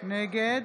נגד